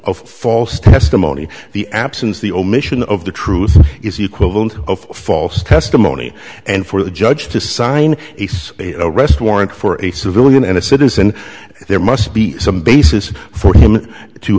of false testimony the absence the omission of the truth is equivalent of false testimony and for the judge to sign a arrest warrant for a civilian and a citizen there must be some basis for him to